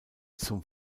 zum